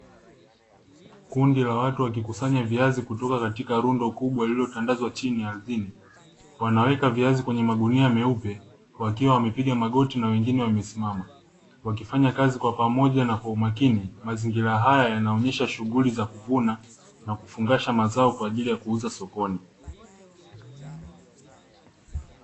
Kundi la watu wakikusanya viazi kutoka kwenye rundo kubwa lililotandazwa ardhini, wanaweka viazi katika magunia meupe wakiwa wamepiga magoti na wengine wamesimama wakifanya kazi kwa pamoja na kwa umakini. Mazingira haya yanaonyesha shughuli za kuvuna na kufungasha mazao kwa ajili ya kuuza sokoni.